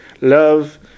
love